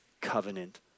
covenant